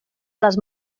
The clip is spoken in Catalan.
les